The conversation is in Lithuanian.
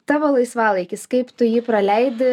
tavo laisvalaikis kaip tu jį praleidi